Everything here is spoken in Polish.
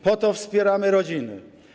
Po to wspieramy rodziny.